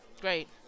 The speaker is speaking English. Great